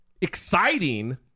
exciting